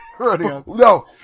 No